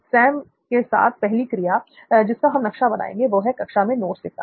Sam के साथ पहली क्रिया जिसका हम नक्शा बनाएंगे वह है कक्षा में नोट्स लिखना